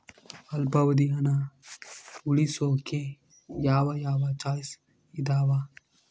ಅಲ್ಪಾವಧಿ ಹಣ ಉಳಿಸೋಕೆ ಯಾವ ಯಾವ ಚಾಯ್ಸ್ ಇದಾವ?